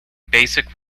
basic